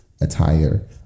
attire